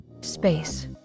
Space